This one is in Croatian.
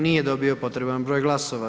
Nije dobio potreban broj glasova.